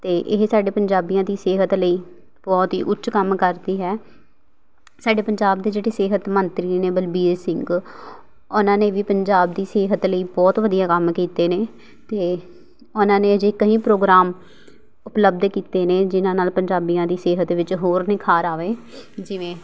ਅਤੇ ਇਹ ਸਾਡੇ ਪੰਜਾਬੀਆਂ ਦੀ ਸਿਹਤ ਲਈ ਬਹੁਤ ਹੀ ਉੱਚ ਕੰਮ ਕਰਦੀ ਹੈ ਸਾਡੇ ਪੰਜਾਬ ਦੇ ਜਿਹੜੇ ਸਿਹਤ ਮੰਤਰੀ ਨੇ ਬਲਬੀਰ ਸਿੰਘ ਉਹਨਾਂ ਨੇ ਵੀ ਪੰਜਾਬ ਦੀ ਸਿਹਤ ਲਈ ਬਹੁਤ ਵਧੀਆ ਕੰਮ ਕੀਤੇ ਨੇ ਅਤੇ ਉਹਨਾਂ ਨੇ ਅਜੇ ਕਈ ਪ੍ਰੋਗਰਾਮ ਉਪਲਬਧ ਕੀਤੇ ਨੇ ਜਿਨ੍ਹਾਂ ਨਾਲ ਪੰਜਾਬੀਆਂ ਦੀ ਸਿਹਤ ਵਿੱਚ ਹੋਰ ਨਿਖਾਰ ਆਵੇ ਜਿਵੇਂ